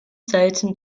seiten